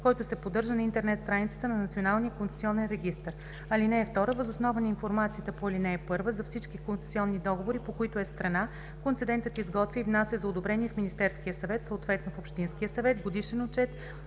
който се поддържа на интернет страницата на Националния концесионен регистър. (2) Въз основа на информацията по ал. 1 за всички концесионни договори, по които е страна, концедентът изготвя и внася за одобрение в Министерския съвет, съответно в общинския съвет годишен отчет